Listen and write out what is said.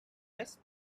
rest